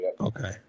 Okay